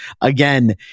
Again